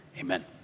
Amen